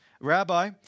Rabbi